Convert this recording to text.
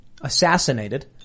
assassinated